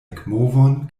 ekmovon